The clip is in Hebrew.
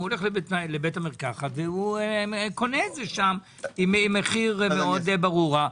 הולך לבית המרקחת והוא קונה שם עם מחיר מאוד ברור.